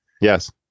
Yes